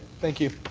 thank you.